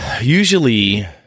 Usually